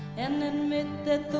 and and admit that the